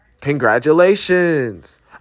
Congratulations